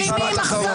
אלימים אכזרים.